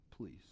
Please